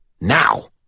Now